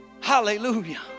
Hallelujah